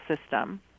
system